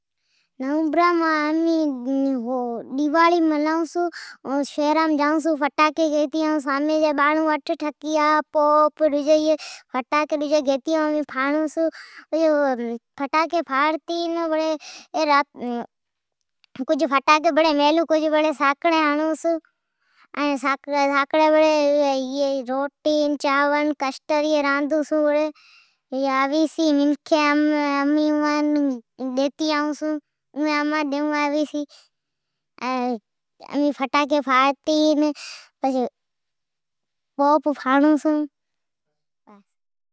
سیپٹمبر جی مھنی مین ڈواڑی آوی چھے اوم امین فٹاکی گیتے آئون چھون فٹاکی، بم ۔پوپ ،چڑگھاڑی ایی سب پھاڑون چھون ۔ کجھ راتے جے پھاڑون این کجھ میلون چھون بڑی ساکڑی پھاڑون ۔ ساکڑی چانور ، کسٹر کھانئون چھون این کجھ منکھین آوی چھے ، اوین امان ٖڈیئی چھےامین اوان ڈئون چھون فٹاکی فوب ڑون چھون